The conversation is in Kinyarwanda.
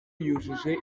yujuje